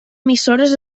emissores